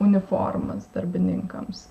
uniformas darbininkams